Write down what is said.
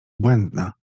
błędna